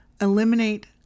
Eliminate